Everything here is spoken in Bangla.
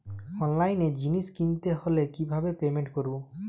অনলাইনে জিনিস কিনতে হলে কিভাবে পেমেন্ট করবো?